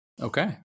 Okay